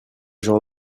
gens